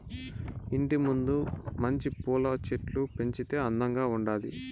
ఇంటి ముందు మంచి పూల చెట్లు పెంచితే అందంగా ఉండాది